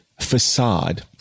facade